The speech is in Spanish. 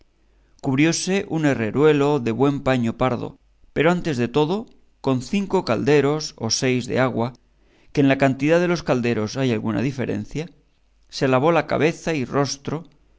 cubrióse un herreruelo de buen paño pardo pero antes de todo con cinco calderos o seis de agua que en la cantidad de los calderos hay alguna diferencia se lavó la cabeza y rostro